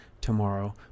tomorrow